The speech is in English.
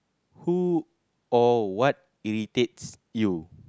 who or what irritates you